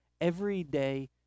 everyday